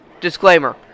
disclaimer